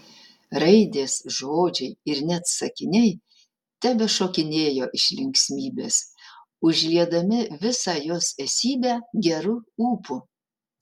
raidės žodžiai ir net sakiniai tebešokinėjo iš linksmybės užliedami visą jos esybę geru ūpu